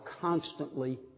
constantly